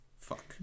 Fuck